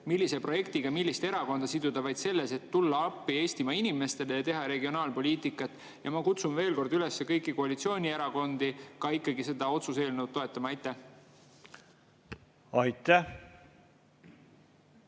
millise projektiga millist erakonda siduda, vaid selles, et tulla appi Eestimaa inimestele ja teha regionaalpoliitikat. Ma kutsun veel kord kõiki koalitsioonierakondi üles seda otsuse eelnõu toetama. Aitäh!